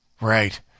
Right